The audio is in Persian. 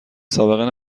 سابقه